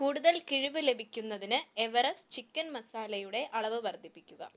കൂടുതൽ കിഴിവ് ലഭിക്കുന്നതിന് എവറെസ്റ്റ് ചിക്കൻ മസാലയുടെ അളവ് വർദ്ധിപ്പിക്കുക